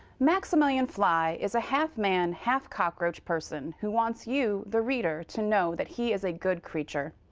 maximillian fly is a half-man, half cockroach person who wants you, the reader, to know that he is a good creature.